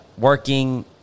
Working